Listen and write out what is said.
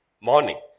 morning